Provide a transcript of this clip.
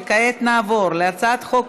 כעת נעבור להצעת חוק